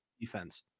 defense